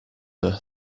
her